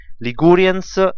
Ligurians